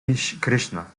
krishna